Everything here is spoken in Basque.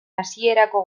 hasierako